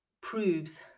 proves